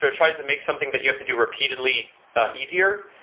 so tries to make something that you have to do repeatedly easier,